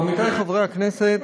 עמיתי חברי הכנסת,